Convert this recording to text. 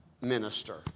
minister